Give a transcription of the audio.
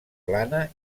plana